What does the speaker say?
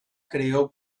creó